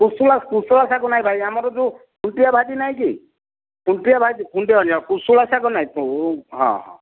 କୁଶିଳା କୁଶୁଳା ଶାଗ ନାହିଁ ଭାଇ ଆମର ଯେଉ ତୁଂଟିଆ ଭାଜି ନାହିଁ କି ତୁଂଟିଆ ଭାଜି ତୁଂଟିଆ ଭାଜି ହଁ କୁଶୁଳା ଶାଗ ନାହିଁ ହଁ ହଁ